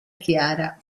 chiara